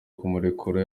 kumurekura